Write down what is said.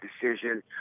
decision